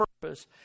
purpose